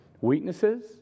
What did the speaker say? Weaknesses